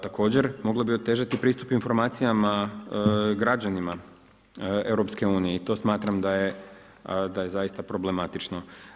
Također mogle bi otežati pristup informacijama građanima EU i to smatram da je zaista problematično.